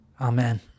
amen